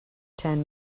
ten